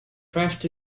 crashed